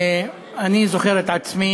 אני זוכר את עצמי,